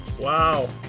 Wow